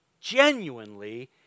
genuinely